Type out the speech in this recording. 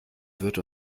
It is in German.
wird